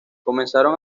comenzaron